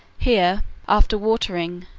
here, after watering,